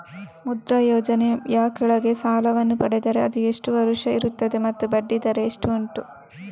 ಮುದ್ರಾ ಯೋಜನೆ ಯ ಕೆಳಗೆ ಸಾಲ ವನ್ನು ಪಡೆದರೆ ಅದು ಎಷ್ಟು ವರುಷ ಇರುತ್ತದೆ ಮತ್ತು ಬಡ್ಡಿ ದರ ಎಷ್ಟು ಉಂಟು?